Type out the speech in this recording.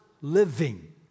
living